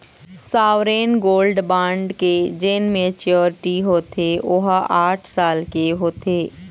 sovereign gold bond के जेन maturity होथे ओहा आठ साल के होथे